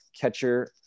catcher